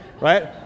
right